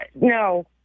No